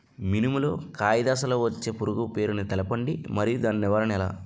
మినుము లో కాయ దశలో వచ్చే పురుగు పేరును తెలపండి? మరియు దాని నివారణ ఎలా?